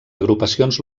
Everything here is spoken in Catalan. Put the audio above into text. agrupacions